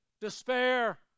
despair